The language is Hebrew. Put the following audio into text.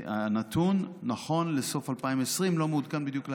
הנתון נכון לסוף 2020, לא מעודכן בדיוק להיום,